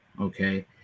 okay